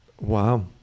Wow